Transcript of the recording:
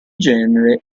genere